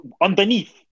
Underneath